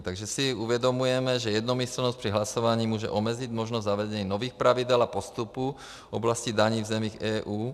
Takže si uvědomujeme, že jednomyslnost při hlasování může omezit možnost zavedení nových pravidel a postupů v oblasti daní v zemích EU.